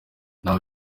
nta